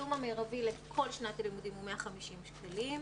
התשלום המרבי לכל שנת הלימודים הוא 150 שקלים.